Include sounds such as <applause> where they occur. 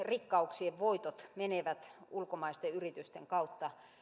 <unintelligible> rikkauksien voitot menevät ulkomaisten yritysten kautta